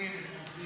יש פה פחד משינויים.